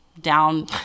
down